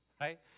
right